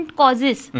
causes